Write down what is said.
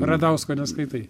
radausko neskaitai